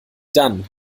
dann